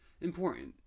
important